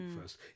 first